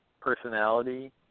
personality